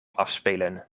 afspelen